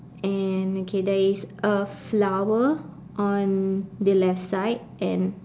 and okay there is a flower on the left side and